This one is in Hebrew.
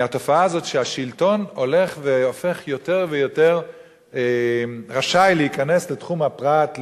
מהתופעה הזאת שהשלטון הופך יותר ויותר רשאי להיכנס לתחום הפרט,